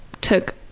took